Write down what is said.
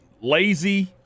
lazy